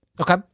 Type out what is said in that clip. Okay